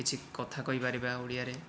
କିଛି କଥା କହିପାରିବା ଓଡ଼ିଆରେ